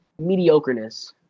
mediocreness